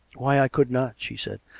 why, i could not, she said.